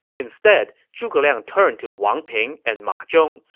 instead, zhuge liang turned to wang ping and ma zhong,